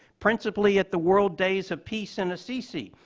principally at the world days of peace in assisi,